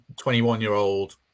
21-year-old